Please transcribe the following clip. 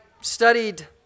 studied